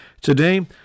Today